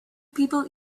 people